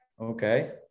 Okay